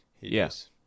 Yes